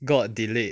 got delayed